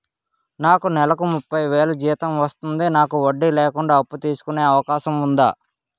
నాకు నేలకు ముప్పై వేలు జీతం వస్తుంది నాకు వడ్డీ లేకుండా అప్పు తీసుకునే అవకాశం ఉందా